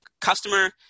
customer